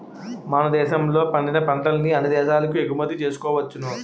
మన దేశంలో పండిన పంటల్ని అన్ని దేశాలకు ఎగుమతి చేసుకోవచ్చును